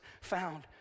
found